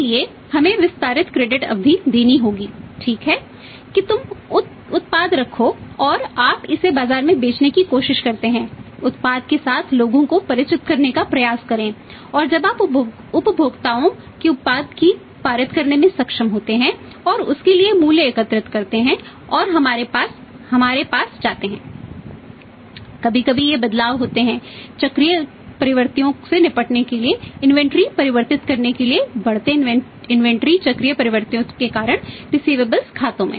इसलिए हमें विस्तारित क्रेडिट खातों में